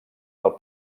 del